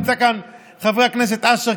נמצא כאן חבר הכנסת אשר,